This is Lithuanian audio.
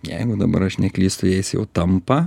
jeigu dabar aš neklystu jais jau tampa